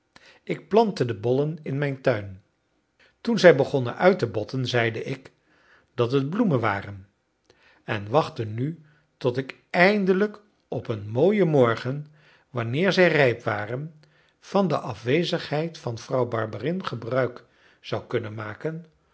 ik plantte de bollen in mijn tuin toen zij begonnen uit te botten zeide ik dat het bloemen waren en wachtte nu tot ik eindelijk op een mooien morgen wanneer zij rijp waren van de afwezigheid van vrouw barberin gebruik zou kunnen maken